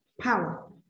power